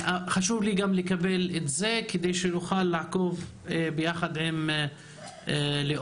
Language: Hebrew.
חשוב לי גם לקבל את זה כדי שנוכל לעקוב יחד עם ליאור,